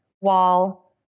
wall